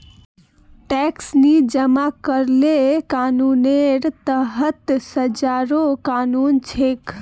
tax नी जमा करले कानूनेर तहत सजारो कानून छेक